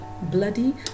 bloody